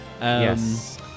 Yes